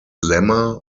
lemma